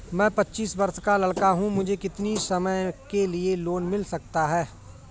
मैं पच्चीस वर्ष का लड़का हूँ मुझे कितनी समय के लिए लोन मिल सकता है?